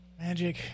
Magic